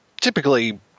typically